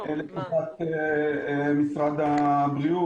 לתקופת משרד הבריאות,